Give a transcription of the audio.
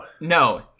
no